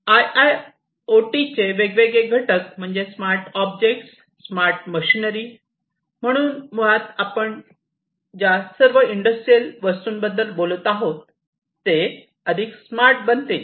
आयआयओटीचे वेगवेगळे घटक म्हणजे स्मार्ट ऑब्जेक्ट्स स्मार्ट मशीनरी म्हणून मुळात आपण ज्या सर्व इंडस्ट्रियल वस्तूंबद्दल बोलत आहोत ते अधिक स्मार्ट बनतील